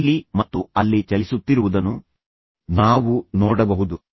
ಇಲ್ಲಿ ಮತ್ತು ಅಲ್ಲಿ ಚಲಿಸುತ್ತಿರುವುದನ್ನು ನಾವು ನೋಡಬಹುದು